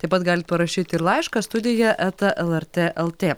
taip pat galit parašyt ir laišką studija eta lrt lt